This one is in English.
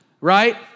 right